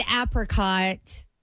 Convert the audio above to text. apricot